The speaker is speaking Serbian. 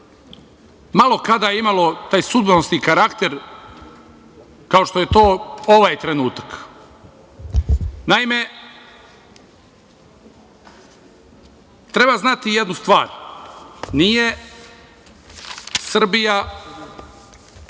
malo kada imao taj sudbonosni karakter kao što je to ovaj trenutak. Naime, treba znati jednu stvar. Nije Srbija